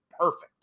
perfect